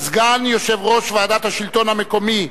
סגן יושב-ראש ועדת השלטון המקומי,